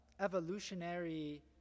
evolutionary